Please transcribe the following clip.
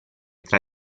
tra